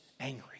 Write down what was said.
angry